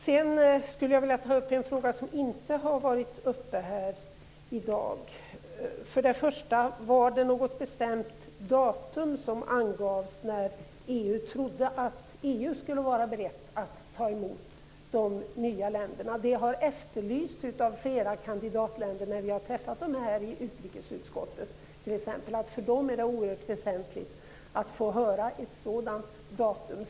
Sedan skulle jag vilja ta upp en fråga som inte har varit uppe i dag. Var det något bestämt datum som angavs när EU trodde att EU skulle vara berett att ta emot de nya länderna? Det har efterlysts av flera kandidatländer när vi träffat deras representanter i t.ex. utrikesutskottet. För dem är det oerhört väsentligt att få höra ett sådant datum.